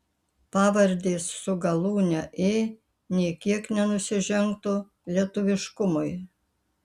pavardės su galūne ė nė kiek nenusižengtų lietuviškumui